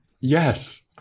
Yes